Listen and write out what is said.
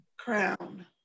crown